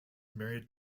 married